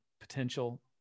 potential